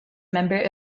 member